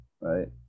right